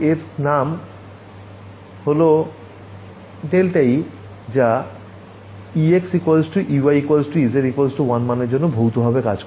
এর নাম হল ∇e যা ex ey ez 1মানের জন্য ভৌতভাবে কাজ করে